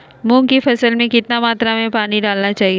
मूंग की फसल में कितना मात्रा में पानी डालना चाहिए?